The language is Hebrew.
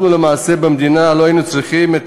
אנחנו במדינה למעשה לא היינו צריכים את